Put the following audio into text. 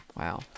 Wow